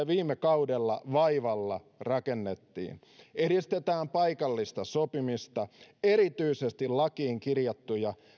viime kaudella vaivalla rakennettiin edistetään paikallista sopimista erityisesti lakiin kirjattuja